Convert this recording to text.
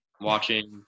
watching